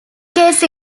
case